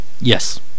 yes